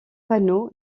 panneau